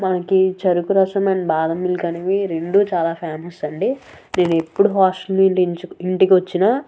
మనకి చెరుకు రసం అండ్ బాదం మిల్క్ అనేది రెండు చాలా ఫేమస్ అండి నేను ఎప్పుడు హాస్టల్ నుండి ఇంటికి వచ్చినా